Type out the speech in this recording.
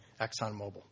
ExxonMobil